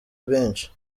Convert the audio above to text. benshi